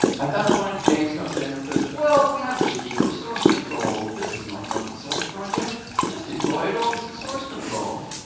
at that point, james comes in and says, well, we have secure source control. this is not an open source project. just deploy it all to source control.